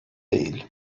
değil